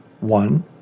one